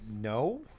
No